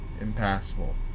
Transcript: impassable